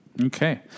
Okay